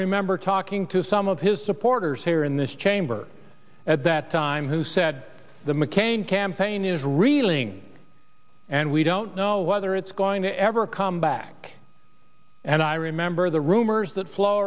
remember talking to some of his supporters here in this chamber at that time who said the mccain campaign is reeling and we don't know whether it's going to ever come back and i remember the rumors that flow